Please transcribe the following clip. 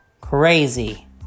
crazy